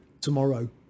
tomorrow